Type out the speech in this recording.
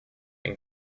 and